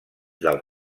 del